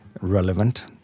relevant